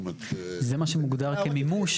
זה מה שמוגדר כמימוש.